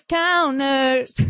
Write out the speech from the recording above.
counters